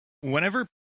whenever